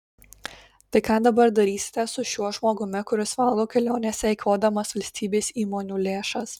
tai ką dabar darysite su šiuo žmogumi kuris valgo kelionėse eikvodamas valstybės įmonių lėšas